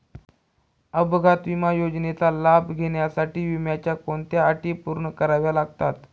अपघात विमा योजनेचा लाभ घेण्यासाठी विम्याच्या कोणत्या अटी पूर्ण कराव्या लागतात?